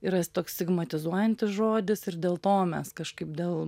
yra toks stigmatizuojantis žodis ir dėl to mes kažkaip dėl